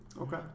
Okay